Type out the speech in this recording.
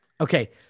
Okay